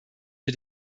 für